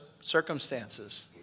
circumstances